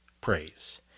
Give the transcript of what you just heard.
praise